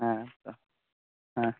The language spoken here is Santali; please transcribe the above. ᱦᱮᱸ ᱦᱮᱸ